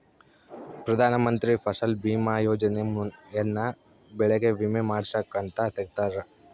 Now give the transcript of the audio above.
ಪ್ರಧಾನ ಮಂತ್ರಿ ಫಸಲ್ ಬಿಮಾ ಯೋಜನೆ ಯನ್ನ ಬೆಳೆಗೆ ವಿಮೆ ಮಾಡ್ಸಾಕ್ ಅಂತ ತೆಗ್ದಾರ